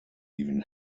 even